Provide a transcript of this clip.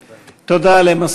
ירושלים,